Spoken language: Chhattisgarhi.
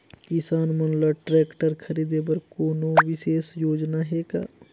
किसान मन ल ट्रैक्टर खरीदे बर कोनो विशेष योजना हे का?